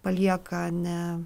palieka ne